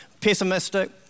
pessimistic